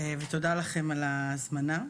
ותודה לכם על ההזמנה.